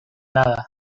nada